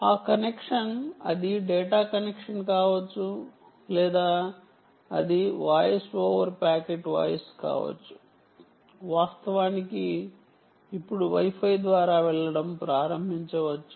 ఆ కనెక్షన్ అది data connection కావచ్చు లేదా అది వాయిస్ ఓవర్ ప్యాకెట్ వాయిస్ కావచ్చు వాస్తవానికి ఇప్పుడు వై ఫై ద్వారా వెళ్ళడం ప్రారంభించవచ్చు